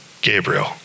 Gabriel